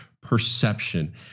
perception